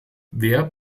wer